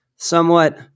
Somewhat